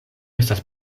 estas